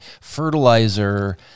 fertilizer